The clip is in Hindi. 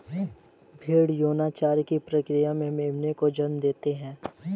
भ़ेड़ यौनाचार की प्रक्रिया से मेमनों को जन्म देते हैं